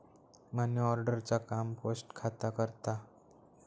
money order चा काम post खाता करता